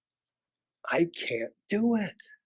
i can't do it